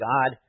God